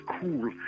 cool